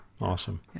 Awesome